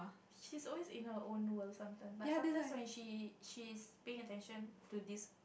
she's always in her own world sometimes but sometimes when she she is paying attention to this